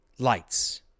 Lights